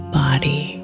body